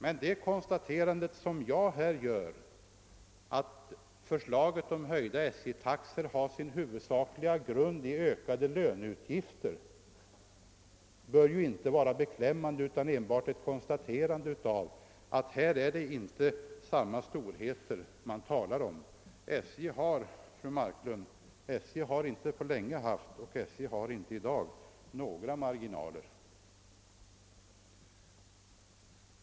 Och mitt konstaterande, att förslaget om höjda SJ-taxor har sin huvudsakliga grund i ökade löneutgifter, bör inte uppfattas som beklämmande — det är enbart ett konstaterande av att det i de skilda fallen inte rör sig om samma storheter. SJ har, fru Marklund, inte på länge haft och har inte i dag några marginaler.